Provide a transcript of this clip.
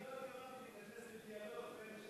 אם היתה אי-הבנה,